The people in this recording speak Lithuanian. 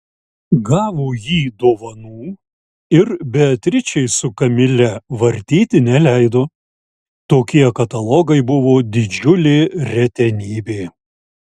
gavo jį dovanų ir beatričei su kamile vartyti neleido tokie katalogai buvo didžiulė retenybė